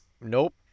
Nope